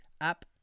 app